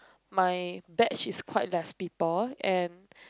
my batch is quite less people and